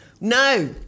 No